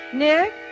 Nick